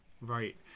Right